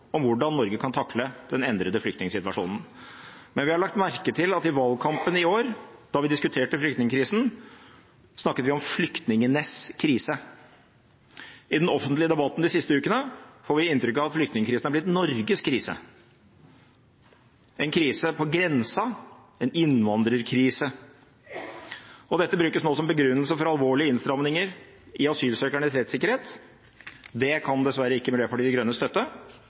om hvordan Norge kan takle den endrede flyktningsituasjonen. Men vi har lagt merke til at i valgkampen i år, da vi diskuterte flyktningkrisen, snakket vi om flyktningenes krise. I den offentlige debatten de siste ukene har vi fått vi inntrykk av at flyktningkrisen er blitt Norges krise – en krise på grensa, en innvandrerkrise. Dette brukes nå som begrunnelse for alvorlige innstramninger i asylsøkernes rettssikkerhet. Det kan dessverre ikke Miljøpartiet De Grønne støtte.